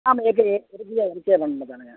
ஆமாம் இயற்கை இயற்கையாக பண்ணிணது தானுங்க